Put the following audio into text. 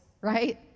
right